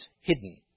hidden